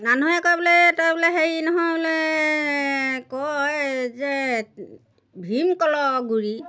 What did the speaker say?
মানুহে কয় বোলে তই বোলে হেৰি নহয় বোলে কয় যে ভিম কলৰ গুৰি